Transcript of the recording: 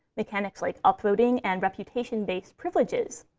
mechanics like uploading and reputation-based privileges?